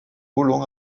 côlon